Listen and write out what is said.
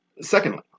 Secondly